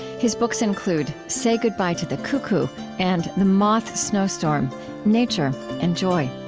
his books include say goodbye to the cuckoo and the moth snowstorm nature and joy